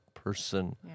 person